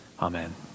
amen